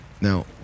Now